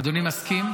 אדוני מסכים?